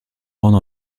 grande